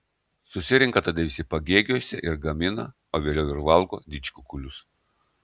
susirenka tada visi pagėgiuose ir gamina o vėliau ir valgo didžkukulius